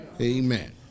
Amen